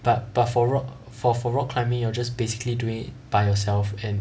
but but for rock for for rock climbing you're just basically doing it by yourself and